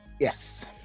Yes